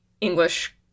english